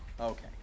Okay